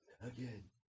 again